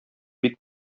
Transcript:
бик